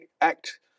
act